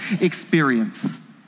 experience